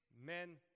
men